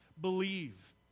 believe